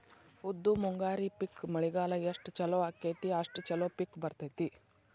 ಉದ್ದು ಮುಂಗಾರಿ ಪಿಕ್ ಮಳಿಗಾಲ ಎಷ್ಟ ಚಲೋ ಅಕೈತಿ ಅಷ್ಟ ಚಲೋ ಪಿಕ್ ಬರ್ತೈತಿ